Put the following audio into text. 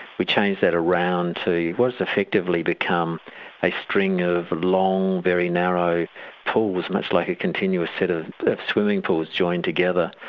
we changed that around to what has effectively become a string of long, very narrow pools, much like a continuous set of swimming pools joined together,